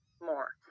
more